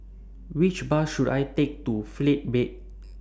Which Bus should I Take to Faith Bible